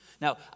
Now